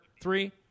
three